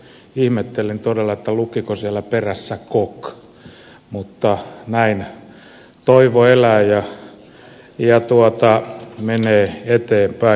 ihmettelen todella lukiko siellä perässä kok mutta näin toivo elää ja menee eteenpäin